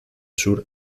sur